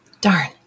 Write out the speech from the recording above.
darn